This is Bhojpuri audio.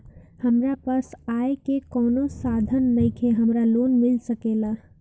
हमरा पास आय के कवनो साधन नईखे हमरा लोन मिल सकेला?